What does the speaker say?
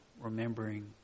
remembering